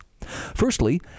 Firstly